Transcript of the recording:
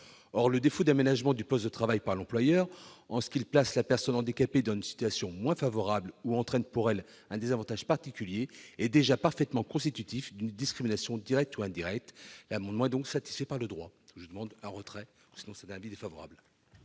Or le défaut d'aménagement du poste de travail par l'employeur, en ce qu'il place la personne handicapée dans une situation moins favorable ou entraîne pour elle un désavantage particulier, est déjà parfaitement constitutif d'une discrimination directe ou indirecte. En conséquence, je demande le retrait de cet amendement.